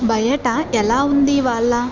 బయట ఎలా ఉంది ఇవాళ